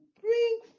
bring